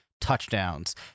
touchdowns